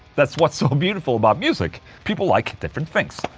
that's what's so beautiful about music people like different things,